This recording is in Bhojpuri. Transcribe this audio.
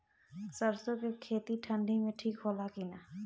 सरसो के खेती ठंडी में ठिक होला कि ना?